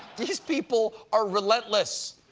these people are relentless!